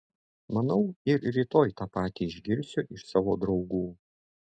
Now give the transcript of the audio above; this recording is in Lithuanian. manau ir rytoj tą patį išgirsiu iš savo draugų